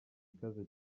ikaze